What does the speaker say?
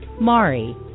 Mari